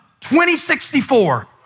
2064